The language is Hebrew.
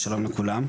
אז שלום לכולם,